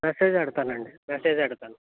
message పెడతాను అండి message పెడతాను